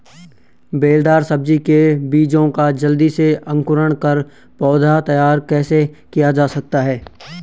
बेलदार सब्जी के बीजों का जल्दी से अंकुरण कर पौधा तैयार कैसे किया जा सकता है?